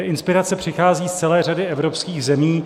Inspirace přichází z celé řady evropských zemí.